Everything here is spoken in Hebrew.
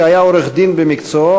שהיה עורך-דין במקצועו,